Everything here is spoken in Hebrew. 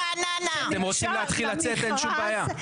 די אתם רוצים להתחיל לצאת אין שום בעיה,